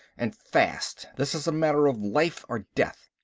and fast this is a matter of life or death!